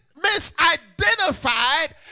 misidentified